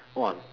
!wah!